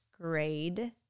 grade